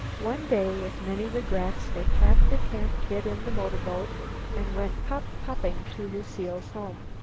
one day, with many regrets, they packed their camp-kit in the motorboat and went pop-popping to lucile's home.